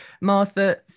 Martha